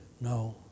No